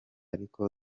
ariko